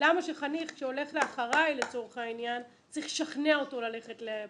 למה שחניך שהולך ל-"אחריי" צריך לשכנע אותו ללכת לפעילות.